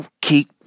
keep